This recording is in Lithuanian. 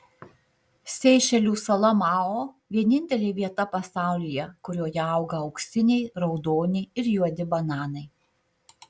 seišelių sala mao vienintelė vieta pasaulyje kurioje auga auksiniai raudoni ir juodi bananai